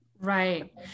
right